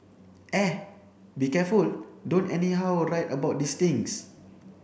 eh be careful don't anyhow write about these things